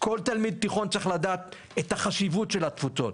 כל תלמיד תיכון צריך לדעת את החשיבות של התפוצות.